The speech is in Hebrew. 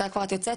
מתי כבר את יוצאת?